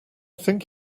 think